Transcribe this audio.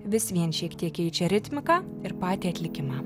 vis vien šiek tiek keičia ritmiką ir patį atlikimą